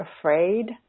afraid